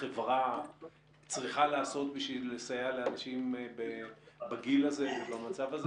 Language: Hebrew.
שהחברה צריכה לעשות בשביל לסייע לאנשים בגיל הזה ובמצב הזה?